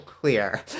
clear